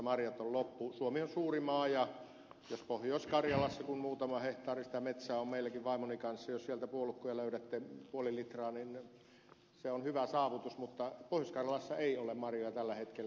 suomi on suuri maa ja pohjois karjalassa kun muutama hehtaari sitä metsää on meilläkin vaimoni kanssa jos sieltä puolukkoja löydätte puoli litraa niin se on hyvä saavutus mutta pohjois karjalassa ei ole marjoja tällä hetkellä